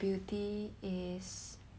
good